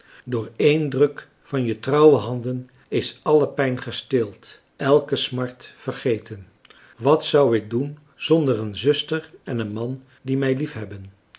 door één druk van je trouwe handen is alle pijn gestild elke smart vergeten wat zou ik doen zonder een zuster en een man die mij liefhebben